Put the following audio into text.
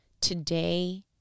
Today